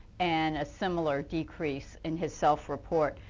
and a similar decrease in his self-report.